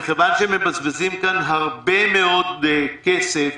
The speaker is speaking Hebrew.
מכיוון שמבזבזים כאן הרבה מאוד כסף,